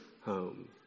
home